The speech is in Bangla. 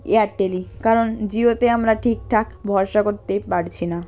এয়ারটেলই কারণ জিওতে আমরা ঠিকঠাক ভরসা করতে পারছি না